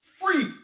free